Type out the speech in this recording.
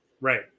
Right